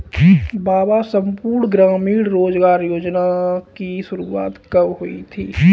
बाबा संपूर्ण ग्रामीण रोजगार योजना की शुरुआत कब हुई थी?